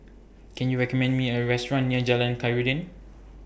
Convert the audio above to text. Can YOU recommend Me A Restaurant near Jalan Khairuddin